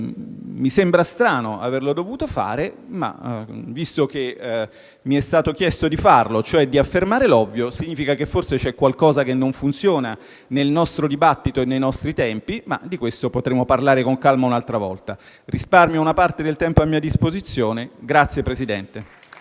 Mi sembra strano averlo dovuto fare, ma se mi è stato chiesto di farlo e, quindi, di affermare l'ovvio, significa che forse c'è qualcosa che non funziona nel nostro dibattito e nei nostri tempi. Di questo potremo parlare con calma un'altra volta. Risparmio una parte del tempo a mia disposizione. *(Applausi